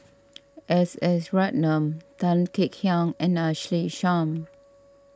S S Ratnam Tan Kek Hiang and Ashley Isham